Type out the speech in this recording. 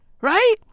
right